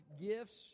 gifts